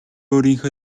өөрийнхөө